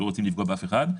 לא רוצים לפגוע באף אחד,